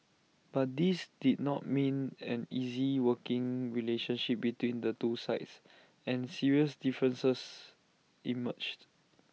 but this did not mean an easy working relationship between the two sides and serious differences emerged